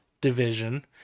Division